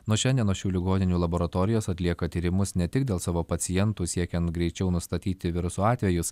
nuo šiandienos šių ligoninių laboratorijos atlieka tyrimus ne tik dėl savo pacientų siekiant greičiau nustatyti viruso atvejus